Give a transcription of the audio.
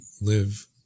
live